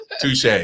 Touche